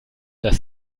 das